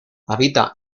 habita